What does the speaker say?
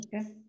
okay